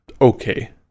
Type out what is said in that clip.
okay